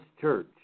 Church